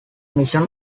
mission